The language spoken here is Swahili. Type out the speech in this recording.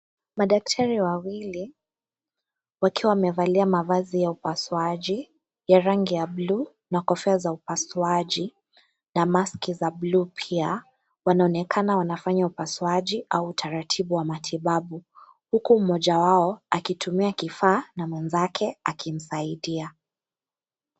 Madaktari wawili, wakiwa wamevalia mavazi ya upasuaji ya rangi ya bluu na kofia za upasuaji na maski za bluu pia, wanaonekana wanafanya upasuaji au utaratibu wa matibabu. Huku mmoja wao akitumia kifaa na mwenzake akimsaidia.